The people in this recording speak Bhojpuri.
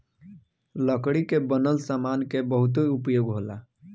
लकड़ी के बनल सामान के बहुते उपयोग होला